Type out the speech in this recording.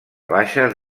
baixes